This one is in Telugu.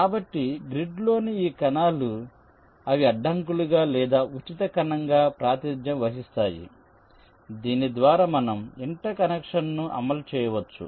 కాబట్టి గ్రిడ్లోని ఈ కణాలు అవి అడ్డంకులుగా లేదా ఉచిత కణంగా ప్రాతినిధ్యం వహిస్తాయి దీని ద్వారా మనం ఇంటర్ కనెక్షన్ను అమలు చేయవచ్చు